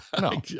no